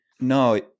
No